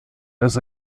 das